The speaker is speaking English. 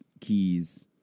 keys